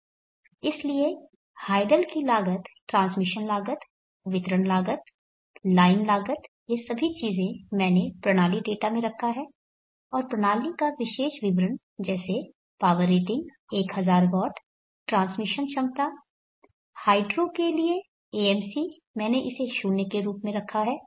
इसलिए हाइडल की लागत ट्रांसमिशन लागत वितरण लागत लाइन लागत ये सभी चीजें मैंने प्रणाली डेटा में रखा है और प्रणाली का विशेष विवरण जैसे पावर रेटिंग 1000 वॉट ट्रांसमिशन क्षमता हाइड्रो के लिए AMC मैंने इसे 0 के रूप में रखा है